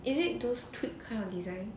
is it those tweed kind of design